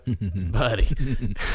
buddy